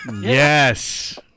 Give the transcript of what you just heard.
Yes